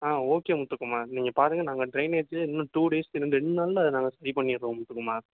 ஆ okay Muthukumar நீங்கள் பாருங்கள் நாங்கள் டிரைனேஜு இன்னும் டூ டேஸுக்கு இன்னும் ரெண்டு நாளில் நாங்கள் சரி பண்ணிடுறோம் முத்துக்குமார்